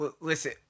Listen